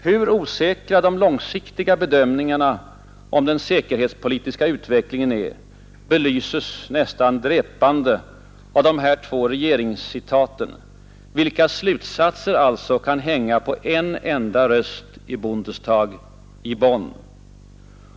Hur osäkra de långsiktiga bedömningarna om den säkerhetspolitiska utvecklingen är belyses nästan dräpande av de här två regeringscitaten, vilkas slutsatser alltså kan hänga på en enda röst i Bundestag i Bonn.